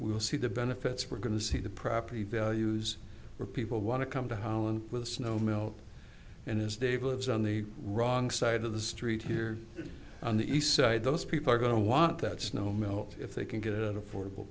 will see the benefits we're going to see the property values where people want to come to holland with a snow melt and as dave lives on the wrong side of the street here on the east side those people are going to want that snow melt if they can get affordable